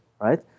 right